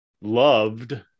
loved